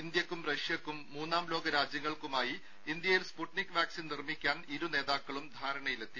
ഇന്ത്യയ്ക്കും റഷ്യക്കും മൂന്നാം ലോക രാജ്യങ്ങൾക്കുമായി ഇന്ത്യയിൽ സ്ഫുട്നിക് വാക്സിൻ നിർമ്മിക്കാൻ ഇരു നേതാക്കളും ധാരണയിലെത്തി